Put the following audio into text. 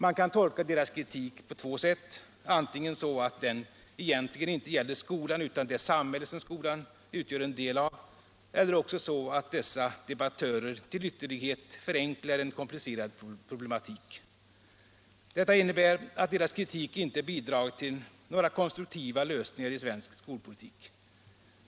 Man kan tolka deras kritik på två sätt, antingen så, att den egentligen inte gäller skolan utan det samhälle som skolan utgör en del av, eller också så, att dessa debattörer till ytterlighet förenklar en komplicerad problematik. Detta innebär att deras kritik inte bidragit till några konstruktiva lösningar i svensk skolpolitik.